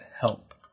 help